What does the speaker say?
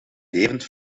levend